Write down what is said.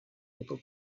able